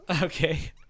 Okay